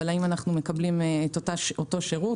אבל האם כולנו מקבלים אותו שירות?